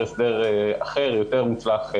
אחרי המילה פיראטים,